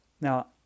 Now